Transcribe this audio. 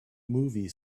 movie